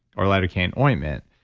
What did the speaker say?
or lidocaine ointment,